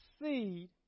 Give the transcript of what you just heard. seed